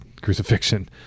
crucifixion